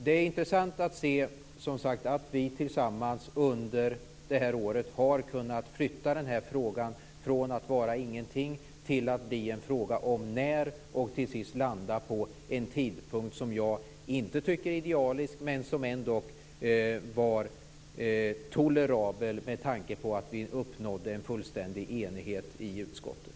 Det är som sagt intressant att se att vi tillsammans under det här året har kunnat flytta frågan från att vara ingenting till att bli en fråga om när och till sist landa på en tidpunkt som jag inte tycker är idealisk men som ändå är tolerabel med tanke på att vi uppnådde en fullständig enighet i utskottet.